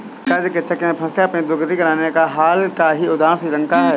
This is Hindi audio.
कर्ज के चक्र में फंसकर अपनी दुर्गति कराने का हाल का ही उदाहरण श्रीलंका है